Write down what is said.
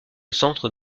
centre